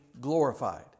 glorified